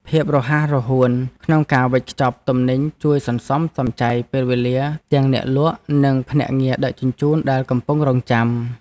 ភាពរហ័សរហួនក្នុងការវេចខ្ចប់ទំនិញជួយសន្សំសំចៃពេលវេលាទាំងអ្នកលក់ និងភ្នាក់ងារដឹកជញ្ជូនដែលកំពុងរង់ចាំ។